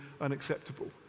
unacceptable